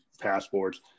passports